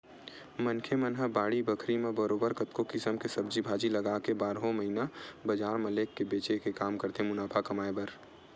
मनखे मन ह बाड़ी बखरी म बरोबर कतको किसम के सब्जी भाजी लगाके बारहो महिना बजार म लेग के बेंचे के काम करथे मुनाफा कमाए बर